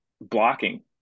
blocking